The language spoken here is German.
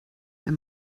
wenn